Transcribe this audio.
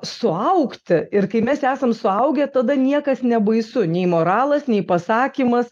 suaugti ir kai mes esam suaugę tada niekas nebaisu nei moralas nei pasakymas